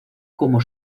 como